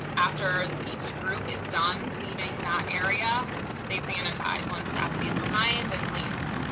after each group is done leaving that area they sanitize one staff stays behind and cleans